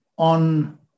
On